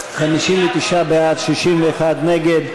59 בעד, 61 נגד.